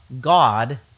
God